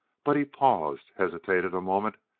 but he paused, hesitated a moment,